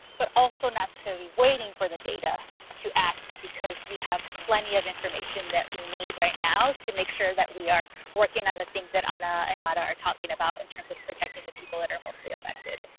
but also not so necessarily waiting for the data to act, because we have plenty of information that we need right now to make sure that we are working on the things that ana and mara are talking about in terms of protecting the people that are mostly affected.